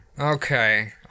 Okay